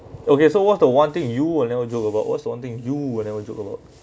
okay so what's the one thing you will never joke about what's the one thing you will never you joke about